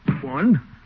One